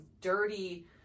dirty